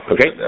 Okay